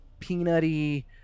peanutty